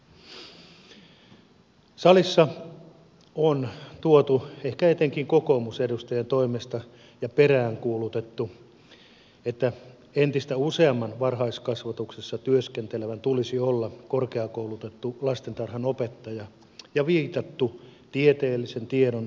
salissa on ehkä etenkin kokoomusedustajien toimesta peräänkuulutettu että entistä useamman varhaiskasvatuksessa työskentelevän tulisi olla korkeakoulutettu lastentarhanopettaja ja viitattu tieteellisen tiedon hyödyntämiseen lastenhoidossa